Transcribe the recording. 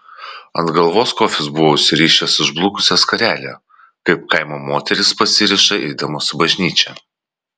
ant galvos kofis buvo užsirišęs išblukusią skarelę kaip kaimo moterys pasiriša eidamos į bažnyčią